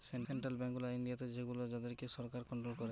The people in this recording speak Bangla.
সেন্ট্রাল বেঙ্ক গুলা ইন্ডিয়াতে সেগুলো যাদের কে সরকার কন্ট্রোল করে